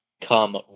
come